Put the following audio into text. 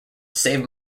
saved